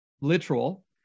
literal